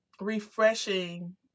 refreshing